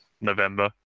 November